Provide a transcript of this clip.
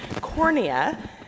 cornea